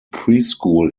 preschool